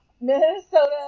Minnesota